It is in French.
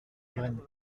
bren